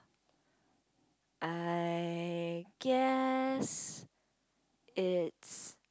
I guess it's